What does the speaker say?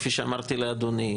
כפי שאמרתי לאדוני,